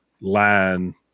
line